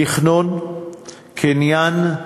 תכנון, קניין,